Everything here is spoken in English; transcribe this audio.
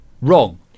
wrong